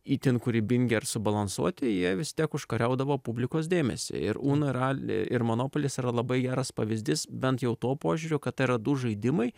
itin kūrybingi ar subalansuoti jie vis tiek užkariaudavo publikos dėmesį ir uno ir ali ir monopolis yra labai geras pavyzdys bent jau tuo požiūriu kad tai yra du žaidimai